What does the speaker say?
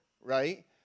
Right